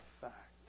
fact